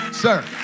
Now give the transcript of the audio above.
Sir